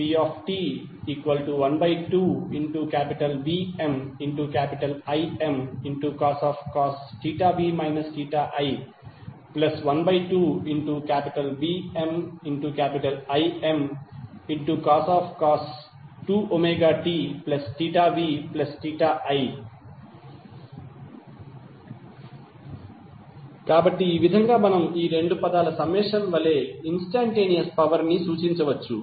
pt12VmImcos v i 12VmImcos 2tvi కాబట్టి ఈ విధంగా మనం రెండు పదాల సమ్మేషన్ వలె ఇన్స్టంటేనియస్ పవర్ ని సూచించవచ్చు